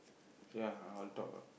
ya I'll talk